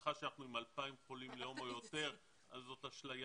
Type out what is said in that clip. בהנחה שאנחנו עם 2,000 חולים ליום או יותר אז זאת אשליה,